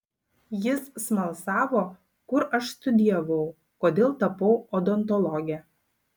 jis smalsavo kur aš studijavau kodėl tapau odontologe